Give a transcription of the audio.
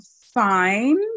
fine